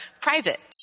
private